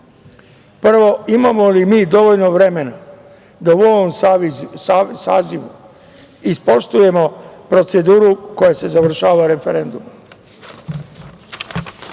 Prvo, imamo li mi dovoljno vremena da u ovom sazivu ispoštujemo proceduru koja se završava referendumom?